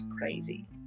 crazy